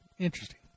Interesting